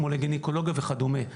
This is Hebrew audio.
כמו לגינקולוגיה וכדומה.